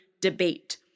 debate